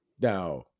Now